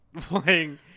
playing